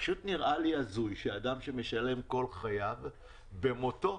זה פשוט נראה לי הזוי שבן אדם ששילם כל חייו במותו,